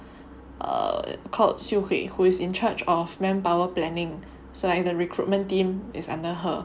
err called Siew Hui who is in charge of manpower planning so like the recruitment team is under her